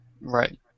Right